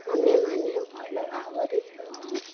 ଆମେମାନେ ଭଲ ଭାବରେ ରହୁ